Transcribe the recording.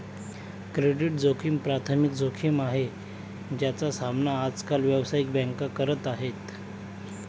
credit जोखिम प्राथमिक जोखिम आहे, ज्याचा सामना आज काल व्यावसायिक बँका करत आहेत